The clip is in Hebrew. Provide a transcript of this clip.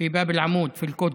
פי באב אל-עמוד פי אל-קודס.